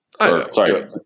sorry